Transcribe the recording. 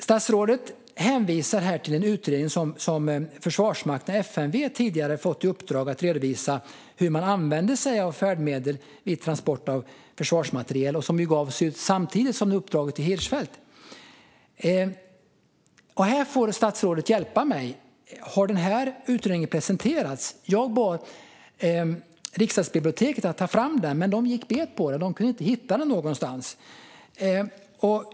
Statsrådet hänvisar här till en utredning i vilken Försvarsmakten och FMV tidigare har fått i uppdrag att redovisa hur man använder sig av färdmedel vid transport av försvarsmateriel. Uppdraget gavs samtidigt med uppdraget till Hirschfeldt. Här får statsrådet hjälpa mig. Har denna utredning presenterats? Jag bad Riksdagsbiblioteket att ta fram den, men de gick bet. De kunde inte hitta den någonstans.